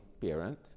parent